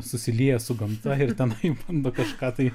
susilieja su gamta ir tenai bando kažką tai